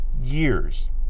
years